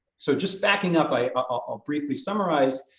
so just backing up, by i'll briefly summarize.